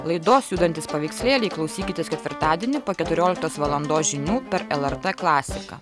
laidos judantys paveikslėliai klausykitės ketvirtadienį po keturioliktos valandos žinių per lrt klasiką